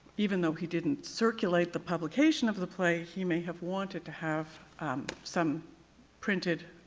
even though he didn't circulate the publication of the play, he may have wanted to have some printed